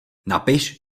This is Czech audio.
napiš